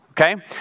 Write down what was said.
Okay